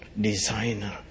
designer